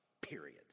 period